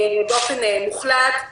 באופן מוחלט.